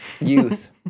youth